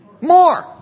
More